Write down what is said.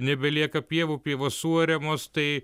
nebelieka pievų pievos suariamos tai